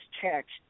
text